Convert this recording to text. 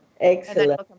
excellent